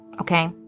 okay